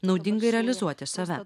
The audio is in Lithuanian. naudingai realizuoti save